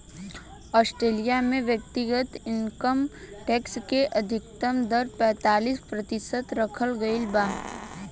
Australia में व्यक्तिगत income tax के अधिकतम दर पैतालीस प्रतिशत रखल गईल बा